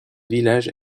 village